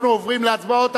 אנחנו עוברים להצבעות,